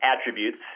attributes